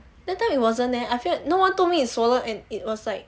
that time it wasn't leh I feel no one told me its swollen and it was like